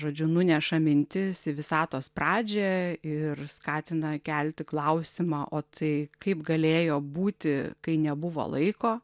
žodžiu nuneša mintis į visatos pradžią ir skatina kelti klausimą o tai kaip galėjo būti kai nebuvo laiko